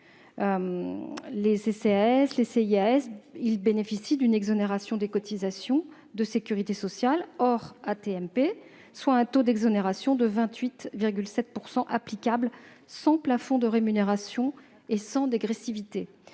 Les CCAS et CIAS bénéficient d'une exonération des cotisations de sécurité sociale, hors AT-MP, soit un taux d'exonération de 28,7 % applicable sans plafond de rémunération et sans dégressivité.